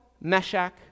Meshach